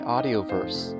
Audioverse